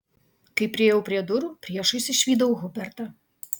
kai priėjau prie durų priešais išvydau hubertą